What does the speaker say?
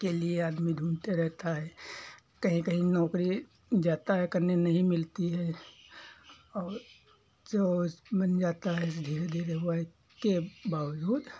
के लिए आदमी ढूंढते रहता है कही कही नौकरी जाता है करने नहीं मिलती है और जो उसमें बन जाता है जैसे धीरे धीरे डर के बावजूद